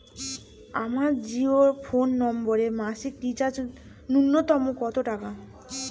আমার জিও ফোন নম্বরে মাসিক রিচার্জ নূন্যতম কত টাকা?